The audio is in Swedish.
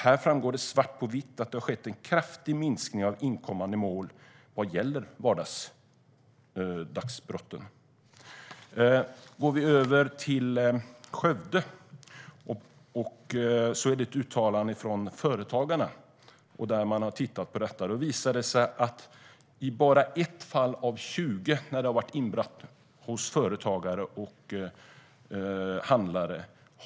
Där framgår det svart på vitt att det har skett en kraftig minskning av inkommande mål vad gäller vardagsbrotten. Det finns också ett uttalande från företagarna i Skövde, som har tittat på detta. Det visade sig att polisen har kommit i bara ett fall av 20 då det har varit inbrott hos företagare och handlare.